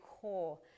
core